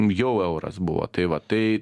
jau euras buvo tai va tai